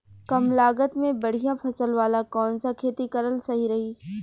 कमलागत मे बढ़िया फसल वाला कौन सा खेती करल सही रही?